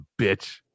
bitch